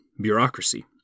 bureaucracy